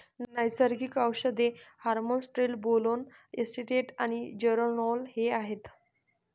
नैसर्गिक औषधे hormones trenbolone acetate आणि जेरानोल हे आहेत